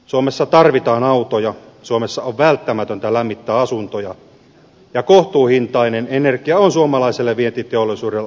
suomessa tarvitaan autoja suomessa on välttämätöntä lämmittää asuntoja ja kohtuuhintainen energia on suomalaiselle vientiteollisuudelle aivan välttämätöntä